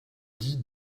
dis